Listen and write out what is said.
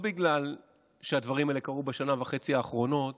לא בגלל שהדברים האלה קרו בשנה וחצי האחרונות